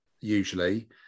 Usually